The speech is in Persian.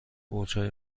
برجهای